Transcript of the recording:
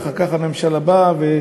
ואחר כך הממשלה באה